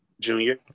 Junior